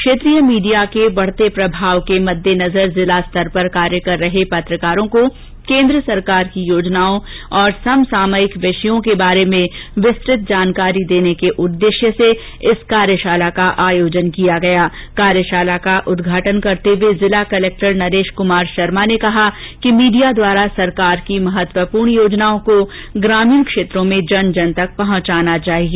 क्षेत्रीय मीडिया के बढ़ते प्रभाव के मद्देनजर जिला स्तर पर कार्य कर रहे पत्रकारों को केंद्र सरकार की योजनाओं और समसामयिक विषयों के बारे में विस्तृत जानकारी के उददेष्य से आयोजित कार्याषाला का उदघाटन करते हुए जिला कलेक्टर नरेष कुमार शर्मा ने कहा कि मीडिया द्वारा सरकार की महत्वपूर्ण योजनाओं को ग्रामीण क्षेत्रों में जन जन तक पहंचाना चाहिए